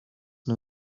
new